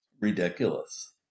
Ridiculous